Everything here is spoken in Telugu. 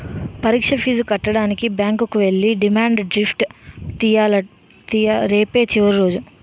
పరీక్ష ఫీజు కట్టడానికి బ్యాంకుకి ఎల్లి డిమాండ్ డ్రాఫ్ట్ తియ్యాల రేపే చివరి రోజు